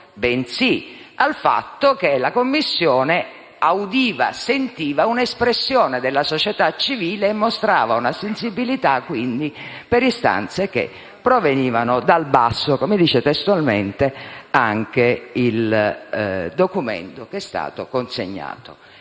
bensì al fatto che la Commissione sentiva in audizione un'espressione della società civile e mostrava quindi una sensibilità per istanze che provenivano dal basso, come dice testualmente anche il documento che è stato consegnato.